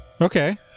Okay